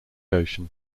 ocean